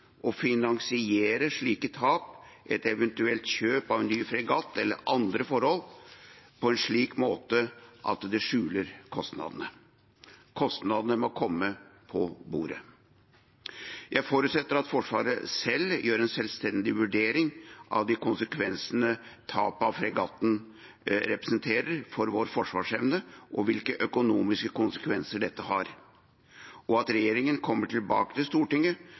å finansiere slike tap, som et eventuelt kjøp av en ny fregatt eller andre forhold, på en slik måte at det skjuler kostnadene. Kostnadene må komme på bordet. Jeg forutsetter at Forsvaret gjør en selvstendig vurdering av hva tapet av fregatten representerer av konsekvenser for forsvarsevnen vår, og hvilke økonomiske konsekvenser dette har, og at regjeringen kommer tilbake til Stortinget